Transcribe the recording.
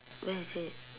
where is it